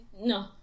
no